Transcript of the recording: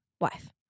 wife